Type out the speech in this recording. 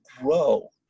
grow